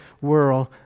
world